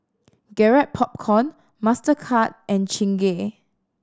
Garrett Popcorn Mastercard and Chingay